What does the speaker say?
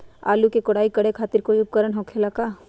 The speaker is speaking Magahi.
आलू के कोराई करे खातिर कोई उपकरण हो खेला का?